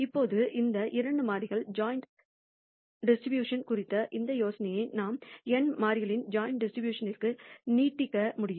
இப்போது இரண்டு மாறிகள் ஜாயிண்ட் டிஸ்ட்ரிபியூஷன் குறித்த இந்த யோசனையை நாம் n மாறிகளின் ஜாயிண்ட் டிஸ்ட்ரிபூஷணனின்ற்கு நீட்டிக்க முடியும்